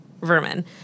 vermin